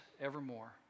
evermore